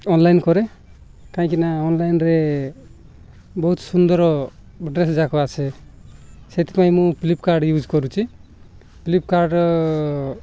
online କରେ କାହିଁକିନା ଅନଲାଇନ୍ରେ ବହୁତ ସୁନ୍ଦର ଡ୍ରେସ୍ଯାକ ଆସେ ସେଥିପାଇଁ ମୁଁ ଫ୍ଲିପକାର୍ଟ ୟୁଜ୍ କରୁଛି ଫ୍ଲିପକାର୍ଟ